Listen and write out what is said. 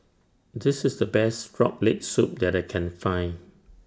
This IS The Best Frog Leg Soup that I Can Find